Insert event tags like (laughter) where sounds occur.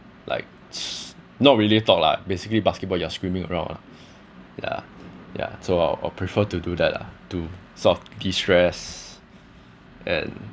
like (noise) not really talk lah basically basketball you are screaming around lah ya ya so I I prefer to do that ah to sort of de-stress and